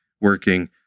working